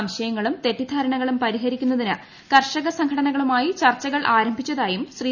സംശയങ്ങളും തെറ്റിദ്ധാരണകളും പരിഹരിക്കുന്നതിന് കർഷക സംഘടനകളുമായി ചർച്ചകൾ ആരംഭിച്ചതായും ശ്രീ